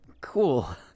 cool